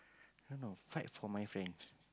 i don't know fight for my friends